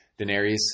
Daenerys